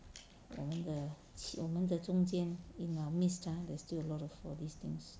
我们的我们的中间 in a midst ah there's still a lot of all these things